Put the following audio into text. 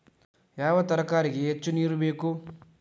ಯಾವ ತರಕಾರಿಗೆ ಹೆಚ್ಚು ನೇರು ಬೇಕು?